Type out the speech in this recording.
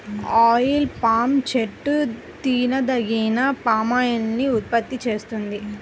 oil palm చెట్టు తినదగిన palm oil ని ఉత్పత్తి చేస్తుంది